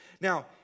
Now